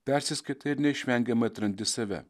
persiskaitai ir neišvengiamai atrandi save